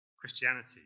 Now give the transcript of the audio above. Christianity